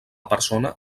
persona